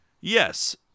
Yes